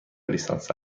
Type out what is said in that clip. لیسانست